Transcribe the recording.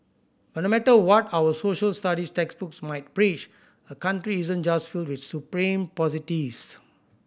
but no matter what our Social Studies textbooks might preach a country isn't just filled with supreme positives